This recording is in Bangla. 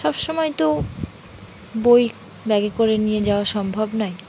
সব সময় তো বই ব্যাগে করে নিয়ে যাওয়া সম্ভব নয়